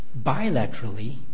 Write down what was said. bilaterally